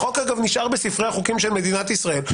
החוק נשאר בספרי החוקים של מדינת ישראל,